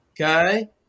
okay